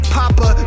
papa